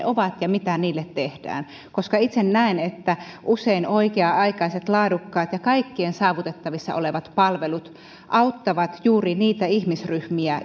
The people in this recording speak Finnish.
ovat ja mitä niille tehdään koska itse näen että usein oikea aikaiset laadukkaat ja kaikkien saavutettavissa olevat palvelut auttavat juuri niitä ihmisryhmiä